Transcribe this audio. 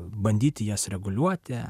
bandyti jas reguliuoti